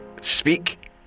Speak